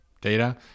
data